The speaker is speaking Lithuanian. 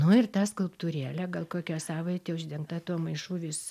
nu ir ta skulptūrėlė gal kokią savaitę uždengta tuo maišu vis